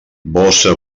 bossa